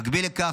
במקביל לכך,